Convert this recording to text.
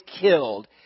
killed